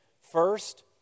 First